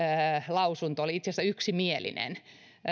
lausunto oli itse asiassa yksimielinen